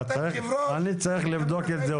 אני צריך לבדוק את זה.